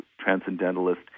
transcendentalist